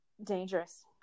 Dangerous